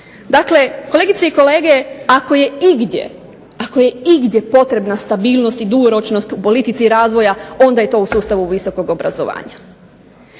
Dakle, kolegice i kolege zastupnici ako je igdje potrebna stabilnost i dugoročnost u politici razdoblja onda je to u sustavu visokog obrazovanja.